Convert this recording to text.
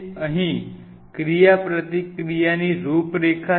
અહીં ક્રિયાપ્રતિક્રિયાની રૂપરેખા છે